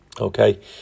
Okay